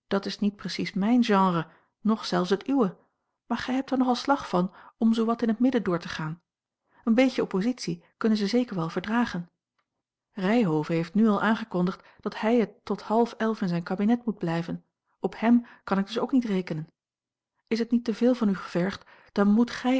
dat is niet precies mijn genre noch zelfs het uwe maar gij hebt er nogal slag van om zoowat in het midden door te gaan een beetje oppositie kunnen ze zeker wel verdragen ryhove heeft nu al aangekondigd dat hij tot half elf in zijn kabinet moet blijven op hem kan ik dus ook niet rekenen is het niet te veel van u gevergd dan moet gij